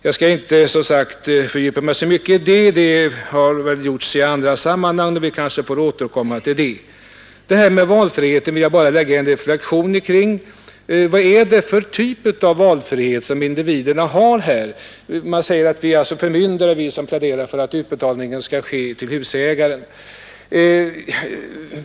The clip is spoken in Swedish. Jag skall inte fördjupa mig så mycket mera i detta, det har gjorts i andra sammanhang, och vi får kanske återkomma. Jag vill däremot göra en reflexion kring valfriheten. Vad är det för typ av valfrihet individerna har? Man säger att vi är förmyndare som pläderar för att utbetalning av bidraget skall ske direkt till husägaren.